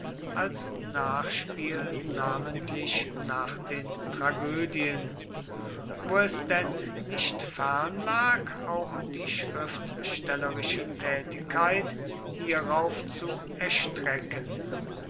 als nachspiel namentlich nach den tragödien wo es denn nicht fern lag auch die schriftstellerische tätigkeit hierauf zu erstrecken